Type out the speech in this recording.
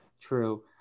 True